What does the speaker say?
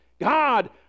God